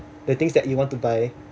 the things that you want to buy